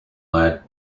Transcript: lad